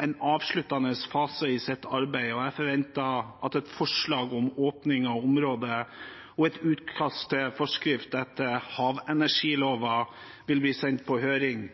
en avsluttende fase i sitt arbeid, og jeg forventer at et forslag om åpning av områder og et utkast til forskrift etter havenergiloven vil bli sendt på høring